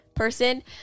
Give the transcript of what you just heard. person